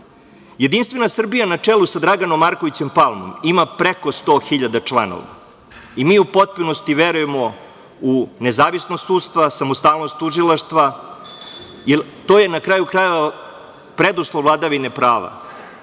bolje. Jedinstvena Srbija na čelu sa Draganom Markovićem Palmom ima preko sto hiljada članova i mi u potpunosti verujemo u nezavisnost sudstva, u samostalnost tužilaštva, jer to je, na kraju krajeva, preduslov vladavine prava.